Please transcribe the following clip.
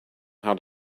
how